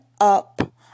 up